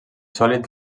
sòlids